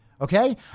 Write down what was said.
okay